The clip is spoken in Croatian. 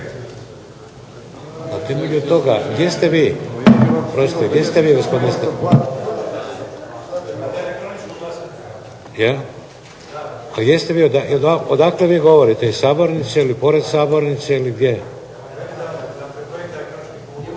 se./… Odakle vi govorite, iz sabornice ili pored sabornice ili gdje?